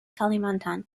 kalimantan